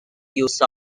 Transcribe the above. use